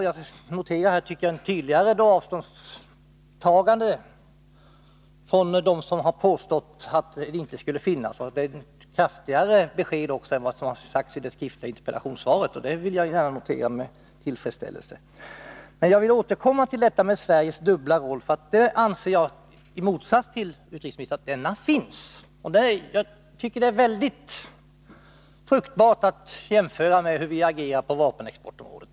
Jag tycker att det nu gjorts ett tydligt avståndstagande från dem som har påstått motsatsen, ett kraftfullare besked än vad som getts i interpellationssvaret. Detta noterar jag med tillfredsställelse. Jag vill emellertid återkomma till Sveriges dubbla roll, för i motsats till utrikesministern anser jag att det finns en sådan. Det är mycket fruktbart att jämföra med hur vi agerar på vapenexportområdet.